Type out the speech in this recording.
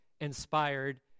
inspired